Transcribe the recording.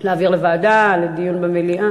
להעביר לוועדה, לדיון במליאה?